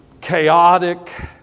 chaotic